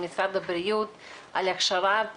ממשה מוסקוביץ משה מוסקוביץ: משה מוסקוביץ: משה מוסקוביץ: